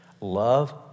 Love